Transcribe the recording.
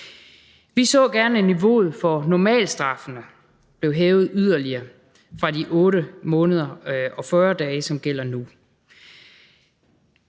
Vi så gerne, at niveauet for normalstraffen blev hævet yderligere fra de 8 måneder og 40 dage, som gælder nu.